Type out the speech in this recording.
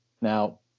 Now